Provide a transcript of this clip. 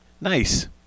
Nice